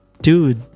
dude